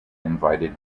invited